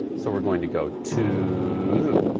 so we're going to go two,